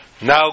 now